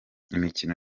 imikino